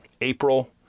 april